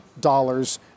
dollars